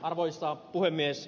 arvoisa puhemies